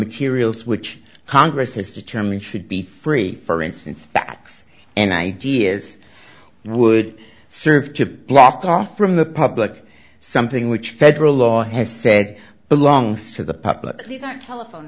materials which congress has determined should be free for instance facts and ideas would serve to block off from the public something which federal law has said belongs to the public these are telephone